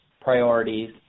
priorities